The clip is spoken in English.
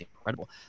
incredible